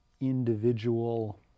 individual